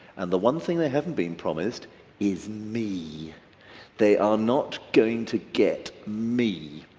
and the one thing they haven't been promised is me they are not going to get me.